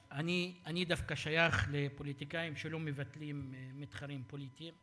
אני דווקא שייך לפוליטיקאים שלא מבטלים מתחרים פוליטיים,